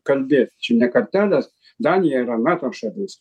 kalbėt čia ne kartelės danija yra nato šalis